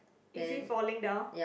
is he falling down